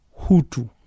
Hutu